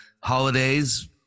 holidays